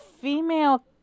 female